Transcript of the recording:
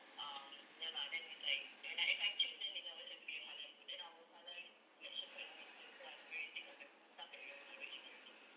um ya lah then it's like when as I choose it always have to be a halal food then our halal selection quite limited so I'm very sick of the stuff that we order in already